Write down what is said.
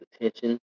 attention